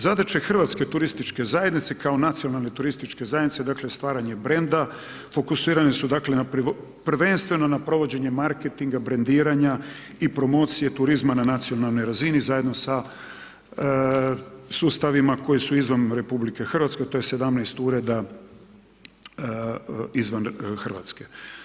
Zadaća hrvatske turističke zajednice, kao nacionalne turističke zajednice, dakle, stvaranje brenda, fokusirane su dakle, na prvenstveno na provođenje marketinga, brendiranja i promocije turizma na nacionalnoj razini zajedno sa sustavima koji su izvan RH, to je 17 ureda izvan Hrvatske.